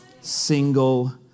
single